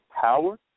power